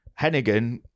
Hennigan